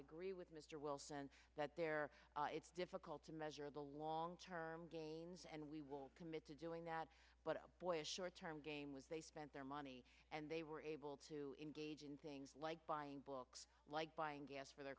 agree with mr wilson that there it's difficult to measure the long term gains and we will commit to doing that but boy a short term game was they spent their money and they were able to engage in things like buying books like buying gas for their